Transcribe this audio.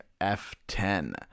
F10